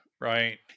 Right